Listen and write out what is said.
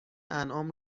انعام